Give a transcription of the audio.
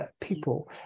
people